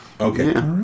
Okay